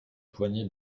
poignée